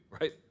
right